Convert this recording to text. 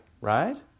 right